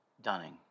Dunning